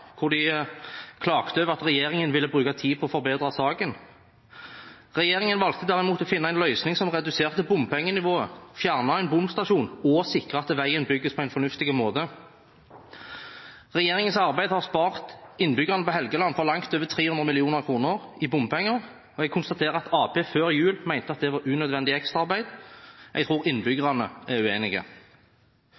hvor de klaget over at regjeringen ville bruke tid på å forbedre saken. Regjeringen valgte derimot å finne en løsning som reduserte bompengenivået, fjernet en bomstasjon og sikret at veien bygges på en fornuftig måte. Regjeringens arbeid har spart innbyggerne på Helgeland for langt over 300 mill. kr i bompenger. Jeg konstaterer at Arbeiderpartiet før jul mente at det var unødvendig ekstraarbeid. Jeg tror